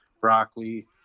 broccoli